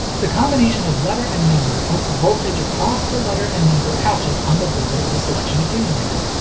the combination of letter and number puts voltage across the letter and number patches on the board of the selection accumulator.